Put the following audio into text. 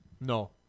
No